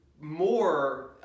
more